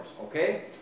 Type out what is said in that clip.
okay